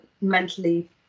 mentally